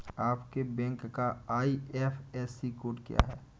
आपके बैंक का IFSC code क्या है?